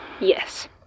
Yes